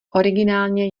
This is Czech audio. originálně